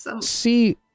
see